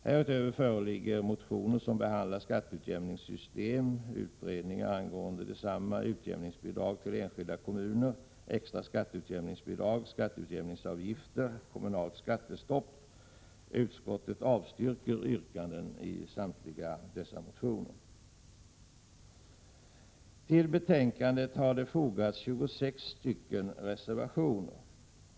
Härutöver föreligger motioner som behandlar skatteutjämningssystemet, utredningar om detsamma, utjämningsbidrag till enskilda kommuner, extra skatteutjämningsbidrag, skatteutjämningsavgifter och kommunalt skattestopp. Utskottet avstyrker yrkandena i samtliga dessa motioner. Till betänkandet har fogats 26 reservationer.